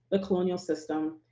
the colonial system,